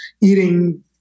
eating